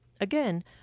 Again